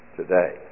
today